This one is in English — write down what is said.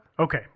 Okay